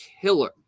killer